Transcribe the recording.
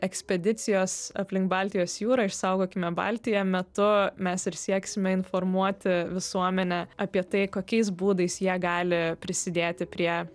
ekspedicijos aplink baltijos jūrą išsaugokime baltiją metu mes ir sieksime informuoti visuomenę apie tai kokiais būdais jie gali prisidėti prie